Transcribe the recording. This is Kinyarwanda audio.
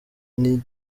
n’igice